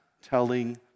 Telling